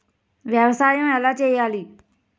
వ్యవసాయం ఎలా చేయాలి?